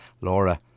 Laura